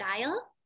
style